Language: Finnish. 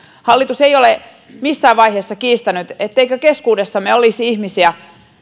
hallitus ei ole missään vaiheessa kiistänyt etteikö keskuudessamme olisi ihmisiä